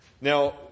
Now